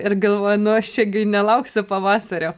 ir galvoju nu aš čia gi nelauksiu pavasario